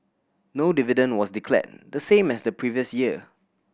no dividend was declared the same as the previous year